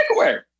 takeaway